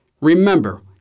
Remember